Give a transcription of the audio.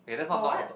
for what